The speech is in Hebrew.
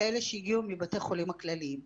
כאלה שהגיעו מבתי החולים הכלליים.